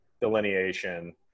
delineation